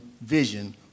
vision